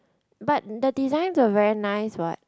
but the design the very nice what